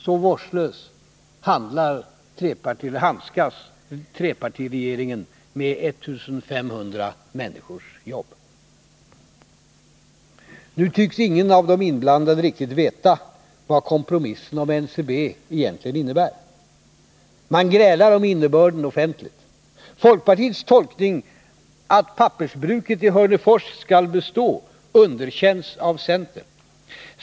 Så vårdslöst handskas trepartiregeringen med 1500 människors jobb. Nu tycks ingen av de inblandade riktigt veta vad kompromissen om NCB egentligen innebär. Man grälar om innebörden offentligt. Folkpartiets tolkning, att pappersbruket i Hörnefors skall bestå, underkänns av centern.